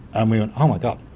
and we went, oh, my god.